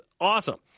awesome